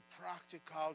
practical